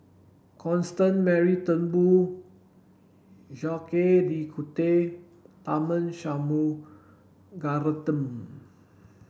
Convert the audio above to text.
Constance Mary Turnbull Jacques de Coutre Tharman Shanmugaratnam